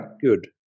good